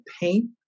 paint